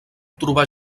trobar